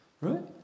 right